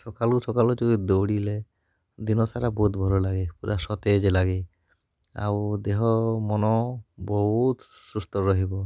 ସକାଳୁ ସକାଳୁ ଯଦି ଦଉଡ଼ିଲେ ଦିନସାରା ବହୁତ ଭଲ ଲାଗେ ପୁରା ସତେଜ ଲାଗେ ଆଉ ଦେହ ମନ ବହୁତ ସୁସ୍ଥ ରହିବ